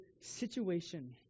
situation